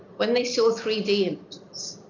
when they saw three d and